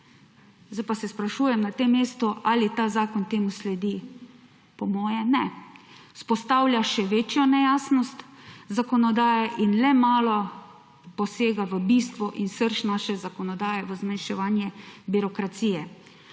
Zdaj pa se sprašujem na tem mestu, ali ta zakon temu sledi. Po moje ne. Vzpostavlja še večjo nejasnost zakonodaje in le malo posega v bistvo in srž naše zakonodaje, v zmanjševanje birokracije.